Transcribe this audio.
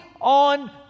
on